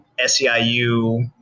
SEIU